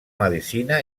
medicina